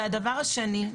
הדבר השני,